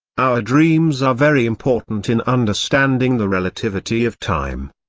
our dreams are very important in understanding the relativity of time.